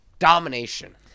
Domination